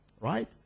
Right